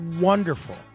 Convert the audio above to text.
wonderful